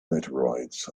meteorites